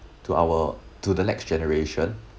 to our to the next generation